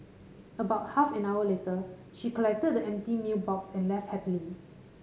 about half an hour later she collected the empty meal box and left happily